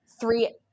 three